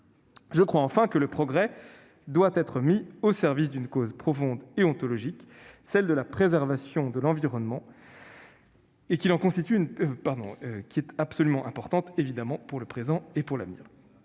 Je crois enfin que le progrès doit être mis au service d'une cause profonde et ontologique, celle de la préservation de l'environnement, absolument décisive pour le présent et pour l'avenir.